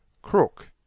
Crook